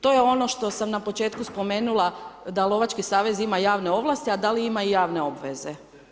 To je ono što sam na početku spomenula da lovački savez ima javne ovlasti a da li ima i javne obveze.